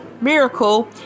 miracle